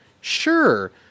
sure